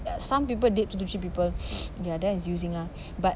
ya some people date two to three people ya that is using ah but